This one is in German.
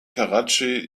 karatschi